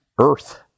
earth